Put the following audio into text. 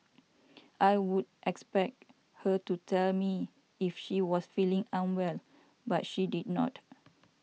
I would expect her to tell me if she was feeling unwell but she did not